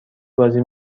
بازی